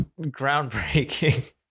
groundbreaking